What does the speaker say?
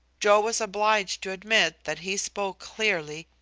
joe was obliged to admit that he spoke clearly,